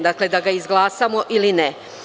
Dakle, da ga izglasamo ili ne.